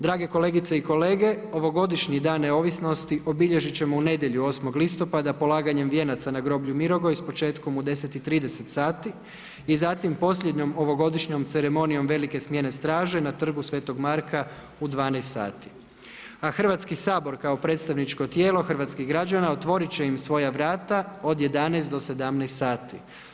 Drage kolegice i kolege, ovogodišnji Dan neovisnosti obilježit ćemo u nedjelju, 8. listopada polaganjem vijenaca na groblju Mirogoj s početkom u 10 i 30 sati i zatim posljednjom ovogodišnjom ceremonijom velike smjene straže, na Trgu svetog Marka u 12 sati, a Hrvatski sabor kao predstavničko tijelo hrvatskih građana, otvorit će im svoja vrata od 11 do 17 sati.